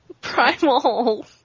Primal